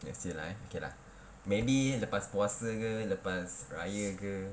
next year ah eh okay lah maybe lepas puasa ke lepas raya ke